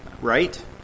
right